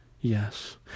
Yes